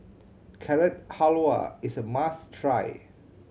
Carrot Halwa is a must try